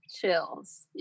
chills